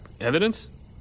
evidence